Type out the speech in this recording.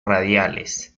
radiales